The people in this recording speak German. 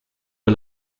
wir